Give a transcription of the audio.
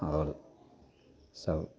आओर सब